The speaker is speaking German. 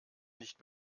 nicht